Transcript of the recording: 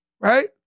Right